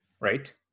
right